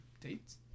Dates